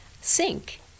sink